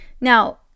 Now